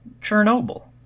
Chernobyl